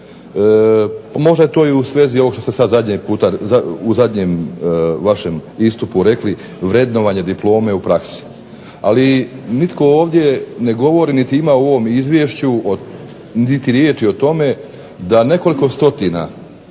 Možda je to i u svezi ovog što ste sad zadnji put, u zadnjem vašem istupu rekli vrednovanje diplome u praksi. Ali nitko ovdje ne govori niti ima u ovom izvješću niti riječi o tome da nekoliko stotina,